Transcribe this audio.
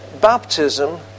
baptism